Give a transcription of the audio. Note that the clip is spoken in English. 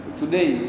today